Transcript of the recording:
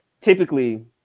typically